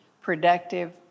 productive